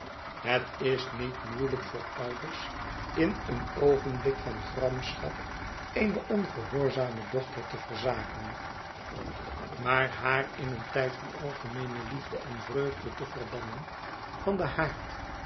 het is niet moeielijk voor ouders in een oogenblik van gramschap eene ongehoorzame dochter te verzaken maar haar in een tijd van algemeene liefde en vreugde te verbannen van den haard